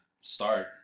start